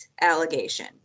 allegation